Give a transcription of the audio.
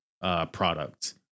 product